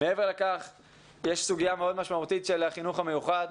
מעבר לכך יש סוגיה משמעותית מאוד של החינוך המיוחד,